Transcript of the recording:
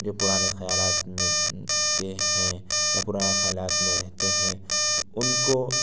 جو پرانے خیالات کے ہیں یا پرانے خیالات میں رہتے ہیں تو ان کو